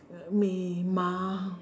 may mull